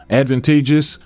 advantageous